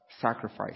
sacrifice